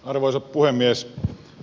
arvoisa puhemies